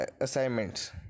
assignments